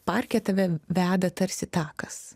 parke tave veda tarsi takas